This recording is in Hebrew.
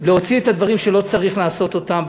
להוציא את הדברים שלא צריך לעשות אותם.